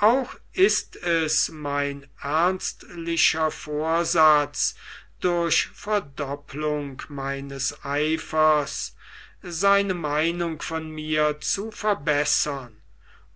auch ist es mein ernstlicher vorsatz durch verdoppelung meines eifers seine meinung von mir zu verbessern